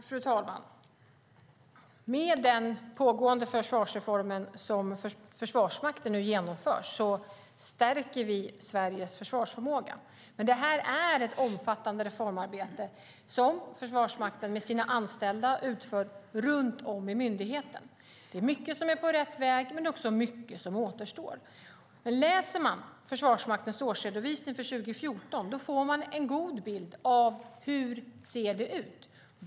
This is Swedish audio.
Fru talman! Med den reform som Förvarsmakten nu genomför stärker vi Sveriges försvarsförmåga. Det är ett omfattande reformarbete som Försvarsmakten med sina anställda utför runt om i myndigheten. Det är mycket som är på rätt väg, men det är också mycket som återstår. Om man läser Försvarsmaktens årsredovisning för 2013 får man en god bild av hur det ser ut.